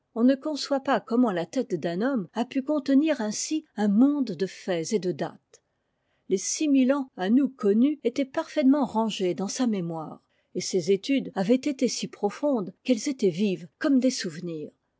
on ne conçoit pas comment la tête d'un homme a pu contenir ainsi un monde de faits et de dates les six mille ans à nous connus étaient parfaitement rangés dans sa mémoire et ses études avaient été si profondes qu'elles étaient vives comme des souvenirs